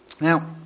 Now